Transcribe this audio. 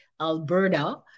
Alberta